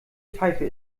pfeife